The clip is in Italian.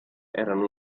erano